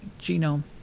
genome